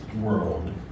world